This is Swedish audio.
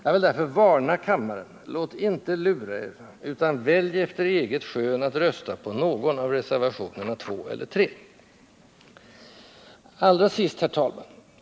Jag vill därför varna kammaren: Låt inte lura er, utan välj efter eget skön att rösta på någon av reservationerna 2 eller 3. Allra sist, herr talman!